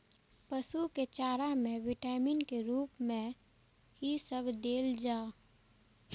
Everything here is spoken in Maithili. पशु के चारा में विटामिन के रूप में कि सब देल जा?